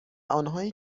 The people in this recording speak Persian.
آنهایی